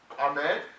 Amen